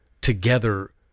together